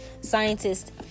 scientists